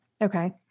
Okay